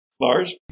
Lars